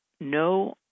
no